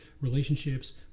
relationships